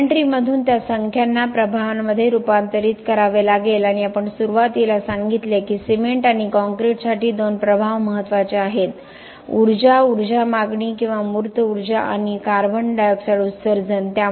इन्व्हेंटरीमधून त्या संख्यांना प्रभावांमध्ये रूपांतरित करावे लागेल आणि आपण सुरुवातीला सांगितले की सिमेंट आणि काँक्रीटसाठी दोन प्रभाव महत्त्वाचे आहेत ऊर्जा ऊर्जा मागणी किंवा मूर्त ऊर्जा आणिकार्बन डायऑक्साइड उत्सर्जन